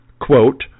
quote